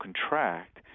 contract